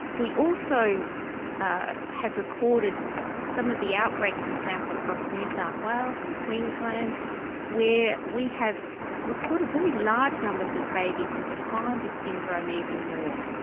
we also ah have recorded some of the outbreaks, for example, across new south wales and queensland where we have recorded very large numbers of babies and defined this syndrome even more.